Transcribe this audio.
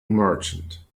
merchant